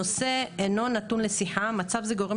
הנושא אינו נתון לשיחה ומצב זה גורם